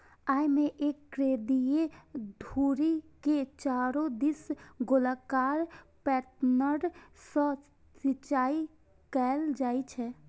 अय मे एक केंद्रीय धुरी के चारू दिस गोलाकार पैटर्न सं सिंचाइ कैल जाइ छै